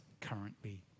currently